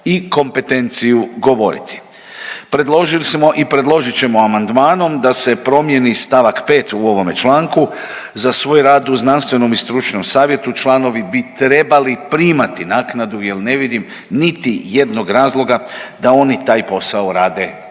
i kompetenciju govoriti. Predložili smo i predložit ćemo amandmanom da se promijeni stavak 5. u ovome članku za svoj rad u znanstvenom i stručnom savjetu članovi bi trebali primati naknadu jer ne vidim niti jednog razloga da oni taj posao rade besplatno.